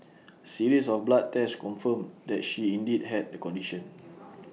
A series of blood tests confirmed that she indeed had the condition